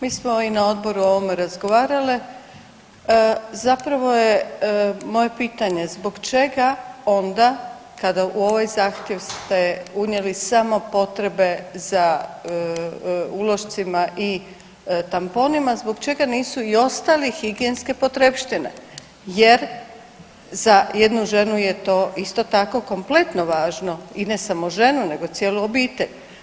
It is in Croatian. Mi smo i na odboru o ovome razgovarale, zapravo je moje pitanje, zbog čega onda kada u ovoj zahtjev ste unijeli samo potrebe za ulošcima i tamponima, zbog čega nisu i ostali higijenske potrepštine jer za jednu ženu je to isto tako kompletno važno i ne samo ženu nego cijelu obitelj.